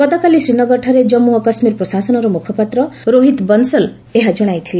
ଗତକାଲି ଶ୍ରୀନଗରଠାରେ କଜ୍ମୁ ଓ କାଶ୍ମୀର ପ୍ରଶାସନର ମୁଖପାତ୍ର ରୋହିତ୍ ବଂଶଲ୍ ଏହା ଜଣାଇଥିଲେ